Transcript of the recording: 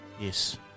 Yes